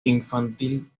infantil